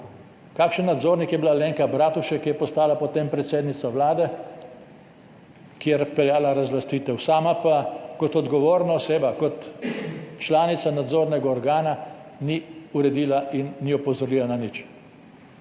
Kakšen nadzornik je bila Alenka Bratušek, ki je postala potem predsednica vlade, ki je vpeljala razlastitev, sama pa kot odgovorna oseba, kot članica nadzornega organa ni uredila in ni opozorila na nič?